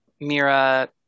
Mira